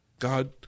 God